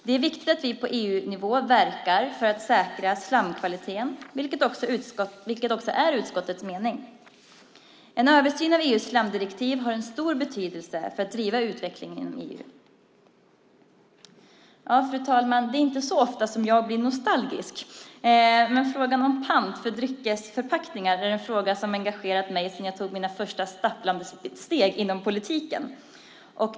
Det är viktigt att vi på EU-nivå verkar för att säkra slamkvaliteten, vilket också är utskottets mening. En översyn av EU:s slamdirektiv har en stor betydelse för att driva utvecklingen inom EU. Fru talman! Det är inte så ofta som jag blir nostalgisk, men frågan om pant för dryckesförpackningar är en fråga som har engagerat mig sedan jag tog mina första stapplande steg inom politiken.